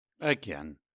Again